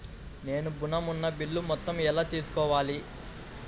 నేను ఋణం ఉన్న బిల్లు మొత్తం ఎలా తెలుసుకోవాలి?